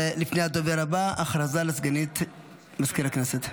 הודעה לסגנית מזכיר הכנסת.